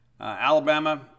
Alabama